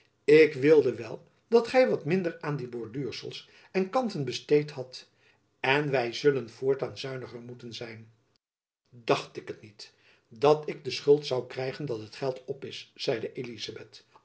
ik wilde wel dat gy wat minder aan die borduursels en kanten besteed had en wy zullen voortaan zuiniger moeten zijn dacht ik het niet dat ik de schuld zoû krijgen dat het geld op is zeide elizabeth